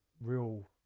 real